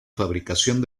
fabricación